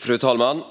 Fru talman!